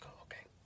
okay